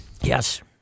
Yes